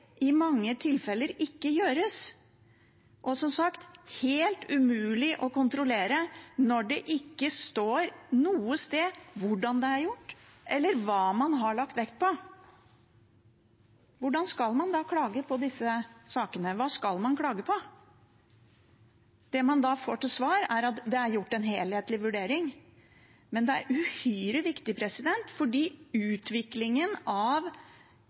i mange tilfeller ikke gjøres. Som sagt, det er helt umulig å kontrollere når det ikke står noe sted hvordan det er gjort, eller hva man har lagt vekt på. Hvordan skal man da klage på disse sakene? Hva skal man klage på? Det man da får til svar, er at det er gjort en helhetlig vurdering, men det er uhyre viktig fordi utvikling av